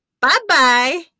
bye-bye